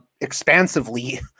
expansively